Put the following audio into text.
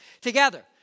together